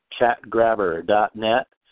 chatgrabber.net